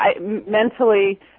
mentally